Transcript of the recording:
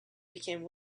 became